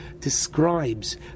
describes